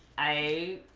i